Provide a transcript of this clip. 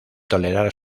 tolerar